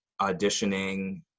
auditioning